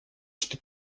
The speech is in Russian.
что